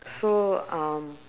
so um